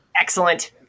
Excellent